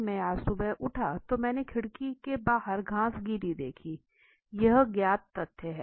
मैं आज सुबह उठा तो मेरी खिड़की के बाहर घास गीली थी यह ज्ञात तथ्य है